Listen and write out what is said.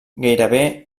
gairebé